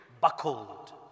buckled